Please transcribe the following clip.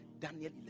Daniel